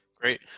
Great